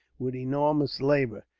with enormous labour,